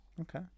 Okay